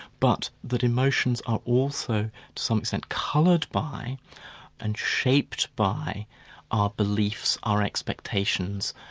but that emotions are also, to some extent, coloured by and shaped by our beliefs, our expectations,